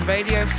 Radio